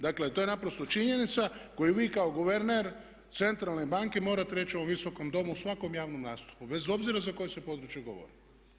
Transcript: Dakle, to je naprosto činjenica koju vi kao guverner centralne banke morate reći u ovom Visokom domu u svakom javnom nastupu bez obzira za koje se područje govorilo.